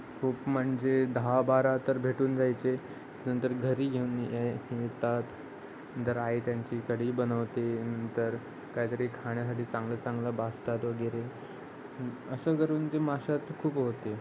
खूप म्हणजे दहा बारा तर भेटून जायचे नंतर घरी घेऊन येतात जर आई त्यांची कढी बनवते नंतर काहीतरी खाण्यासाठी चांगलं चांगलं भाजतात वगैरे असं करून ते माशात खूप होते